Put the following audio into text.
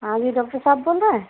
ہاں جی ڈاکٹر صاحب بول رہے ہیں